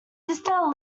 sister